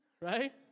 Right